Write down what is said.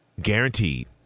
guaranteed